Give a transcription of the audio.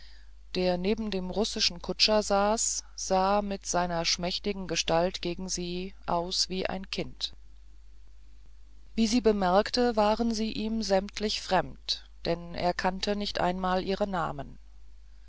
der neben dem russischen kutscher saß sah mit seiner schmächtigen gestalt gegen sie aus wie ein kind wie sie bemerkte waren sie ihm sämtlich fremd denn er kannte nicht einmal ihre namen